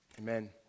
Amen